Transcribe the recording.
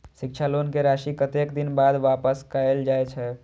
शिक्षा लोन के राशी कतेक दिन बाद वापस कायल जाय छै?